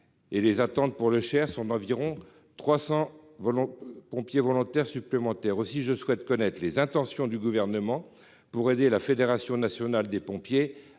; les attentes pour le Cher sont d'environ 300 volontaires supplémentaires. Aussi, je souhaite savoir ce que compte faire le Gouvernement pour aider la fédération nationale des pompiers